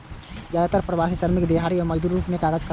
जादेतर प्रवासी श्रमिक दिहाड़ी मजदूरक रूप मे काज करै छै